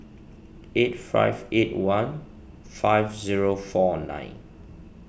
eight five eight one five zero four nine